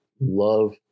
Love